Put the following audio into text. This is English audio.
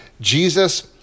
Jesus